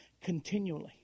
Continually